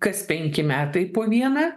kas penki metai po vieną